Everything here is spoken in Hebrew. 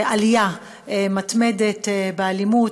-- עלייה מתמדת באלימות,